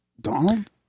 Donald